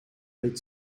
ridge